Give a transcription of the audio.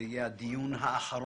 זה יהיה הדיון האחרון,